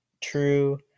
True